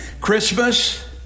Christmas